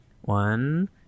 one